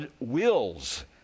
wills